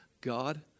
God